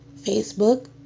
Facebook